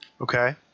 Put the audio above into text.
Okay